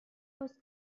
باز